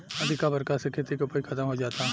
अधिका बरखा से खेती के उपज खतम हो जाता